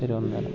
Thiruvananthapuram